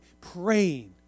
praying